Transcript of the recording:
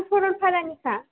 आं सरलपारानिखा